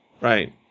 right